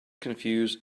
confuse